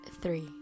three